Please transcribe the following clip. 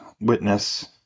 witness